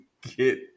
get